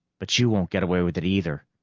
but you won't get away with it, either.